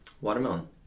Watermelon